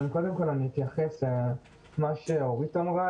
קודם כל אני אתייחס למה שאורית אמרה,